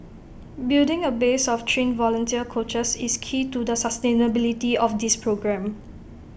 building A base of trained volunteer coaches is key to the sustainability of this programme